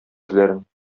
үзләрен